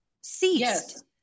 Ceased